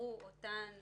קרו אותן